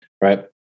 Right